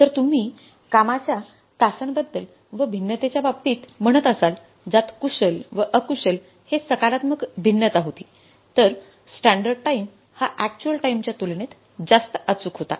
जर तुम्ही कामाच्या तासांबद्दल व भिन्नतेच्या बाबतीत म्हणत असाल ज्यात कुशल व अकुशल हे सकारात्मक बिन्नता होती तर स्टँडर्ड टाइम हा अक्चुअल टाइम च्या तुलनेत जास्त अचूक होता